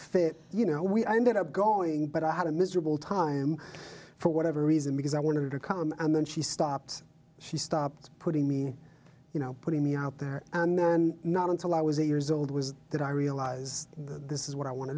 fit you know we ended up going but i had a miserable time for whatever reason because i wanted to come and then she stopped she stopped putting me you know putting me out there not until i was eight years old was that i realize this is what i want to